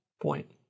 point